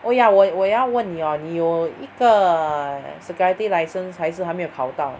oh ya 我我要问你 orh 你有一个 security license 还是还没有考到